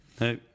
No